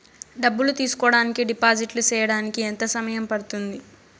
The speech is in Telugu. డబ్బులు తీసుకోడానికి డిపాజిట్లు సేయడానికి ఎంత సమయం పడ్తుంది